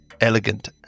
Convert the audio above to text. elegant